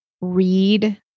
read